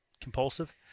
compulsive